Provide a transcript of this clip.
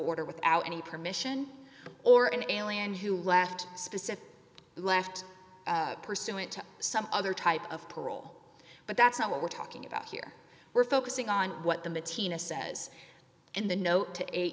order without any permission or an alien who left a specific left pursuant to some other type of parole but that's not what we're talking about here we're focusing on what the matina says in the note to eight